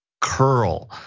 curl